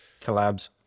collabs